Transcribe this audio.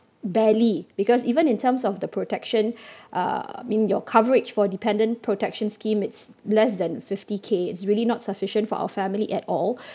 barely because even in terms of the protection uh mean your coverage for dependant protection scheme it's less than fifty k it's really not sufficient for our family at all